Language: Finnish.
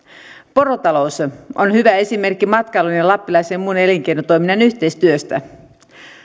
porotalous on hyvä esimerkki matkailun ja muun lappilaisen elinkeinotoiminnan yhteistyöstä